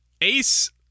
Ace